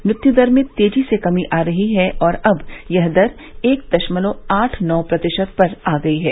मृत्यू दर में तेजी से कमी आ रहीहै और अब यह दर एक दशमलव आठ नौ प्रतिशत पर आ गई है